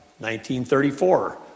1934